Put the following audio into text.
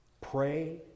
pray